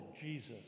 Jesus